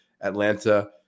Atlanta